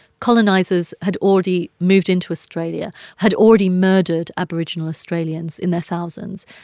colonizers had already moved into australia, had already murdered aboriginal australians in their thousands,